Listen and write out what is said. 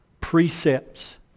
Precepts